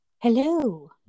Hello